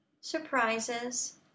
surprises